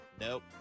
Nope